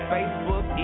Facebook